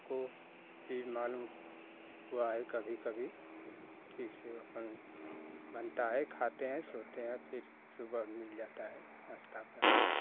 हमको भी मालूम हुआ है कभी कभी ठीक से अपना बनता है खाते हैं सोते हैं फिर सुबह मिल जाता है नाश्ता पानी सब